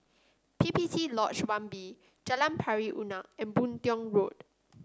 P P T Lodge One B Jalan Pari Unak and Boon Tiong Road